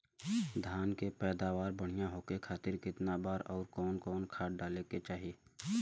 धान के पैदावार बढ़िया होखे खाती कितना बार अउर कवन कवन खाद डाले के चाही?